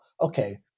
okay